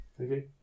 Okay